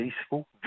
peaceful